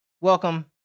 welcome